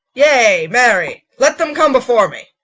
yea, marry, let them come before me.